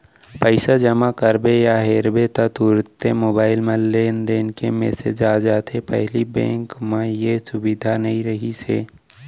पइसा जमा करबे या हेरबे ता तुरते मोबईल म लेनदेन के मेसेज आ जाथे पहिली बेंक म ए सुबिधा नई रहिस हे